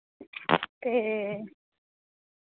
ते